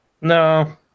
No